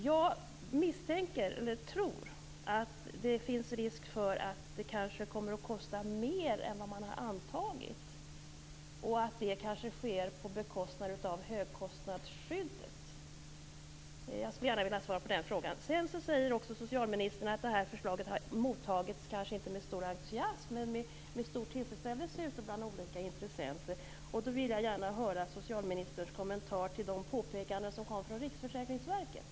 Jag misstänker eller tror att det finns risk för att det kan kosta mer än vad man har antagit och att det kan ske på bekostnad av högkostnadsskyddet. Jag skulle gärna vilja ha svar på den frågan. Sedan säger socialministern också att förslaget kanske inte har mottagits med stor entusiasm men med stor tillfredsställelse ute bland olika intressenter. Då vill jag gärna höra socialministerns kommentar till de påpekanden som kom från Riksförsäkringsverket.